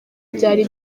byari